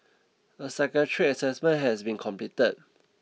a psychiatric assessment has been completed